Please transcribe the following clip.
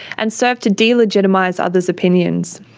and served to delegitimise others' opinions.